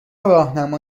راهنما